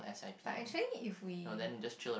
but actually if we